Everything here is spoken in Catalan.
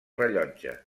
rellotge